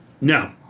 No